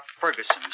Ferguson